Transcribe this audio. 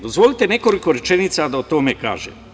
Dozvolite nekoliko rečenica da o tome kažem.